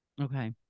Okay